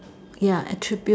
ya attribute